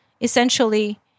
essentially